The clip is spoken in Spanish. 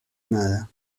nada